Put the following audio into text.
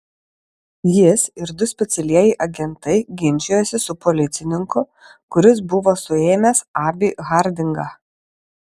jis ir du specialieji agentai ginčijosi su policininku kuris buvo suėmęs abį hardingą